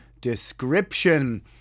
description